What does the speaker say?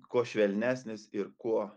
kuo švelnesnis ir kuo